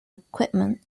equipment